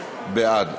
בעד.